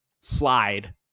slide